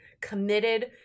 committed